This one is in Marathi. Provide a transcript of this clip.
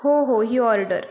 हो हो ही ऑर्डर